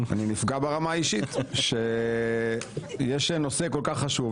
אני נפגע ברמה האישית שיש נושא כל-כך חשוב,